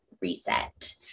reset